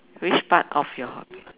which part of your